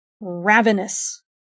ravenous